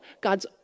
God's